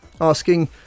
asking